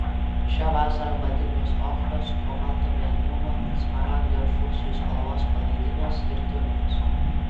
šią vasarą madingos ochros kobalto mėlynumo smaragdų ar fuksijų spalvos palaidinės ir tunikos